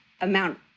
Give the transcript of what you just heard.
amount